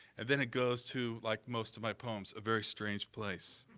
and then it goes to like most of my poems a very strange place.